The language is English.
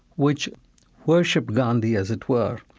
which worshipped gandhi, as it were,